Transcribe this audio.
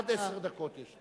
עד עשר דקות.